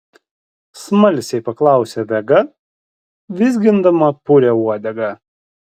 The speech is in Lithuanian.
smalsiai paklausė vega vizgindama purią uodegą